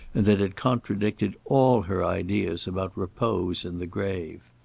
and that it contradicted all her ideas about repose in the grave.